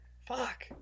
Fuck